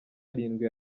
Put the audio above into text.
arindwi